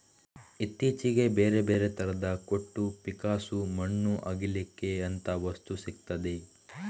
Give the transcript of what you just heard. ಇತ್ತೀಚೆಗೆ ಬೇರೆ ಬೇರೆ ತರದ ಕೊಟ್ಟು, ಪಿಕ್ಕಾಸು, ಮಣ್ಣು ಅಗೀಲಿಕ್ಕೆ ಅಂತ ವಸ್ತು ಸಿಗ್ತದೆ